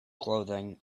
clothing